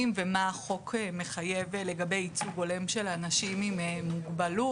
ומה החוק מחייב לגבי ייצוג הולם של אנשים עם מוגבלות.